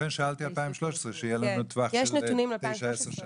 לכן שאלתי 2013, שיהיה לנו טווח של 9-10 שנים.